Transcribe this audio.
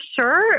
sure